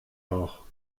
auch